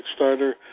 Kickstarter